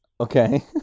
Okay